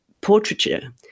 portraiture